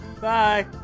Bye